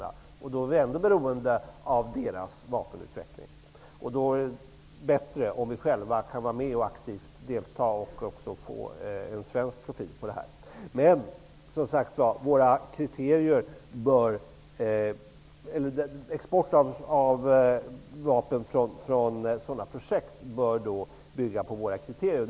Vi är därmed beroende av deras vapenutveckling. Det är då bättre om vi själva kan vara med, delta aktivt och få en svensk profil på detta. Export av vapen från sådana projekt bör bygga på våra kriterier.